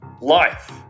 life